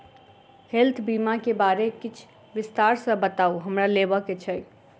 Health बीमा केँ बारे किछ विस्तार सऽ बताउ हमरा लेबऽ केँ छयः?